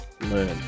learn